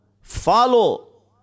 follow